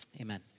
Amen